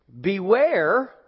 Beware